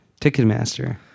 Ticketmaster